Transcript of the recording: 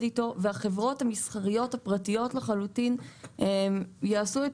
איתו והחברות המסחריות הפרטיות לחלוטין יעשו את